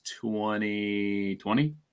2020